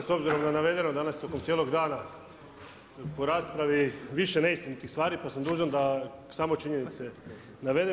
s obzirom na navedeno, danas tokom cijelog dana po raspravi više neistinitih stvari pa sam dužan da samo činjenice navedem.